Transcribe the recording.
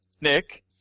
Nick